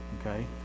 okay